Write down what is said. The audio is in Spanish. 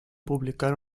publicar